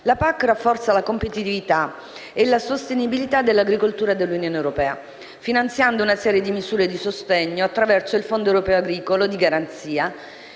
la PAC rafforza la competitività e la sostenibilità dell'agricoltura della UE, finanziando una serie di misure di sostegno attraverso il Fondo europeo agricolo di garanzia